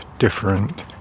Different